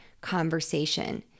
conversation